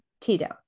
Tito